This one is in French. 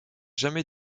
jamais